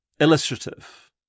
illustrative